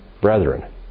brethren